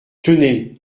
tenez